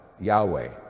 yahweh